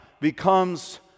becomes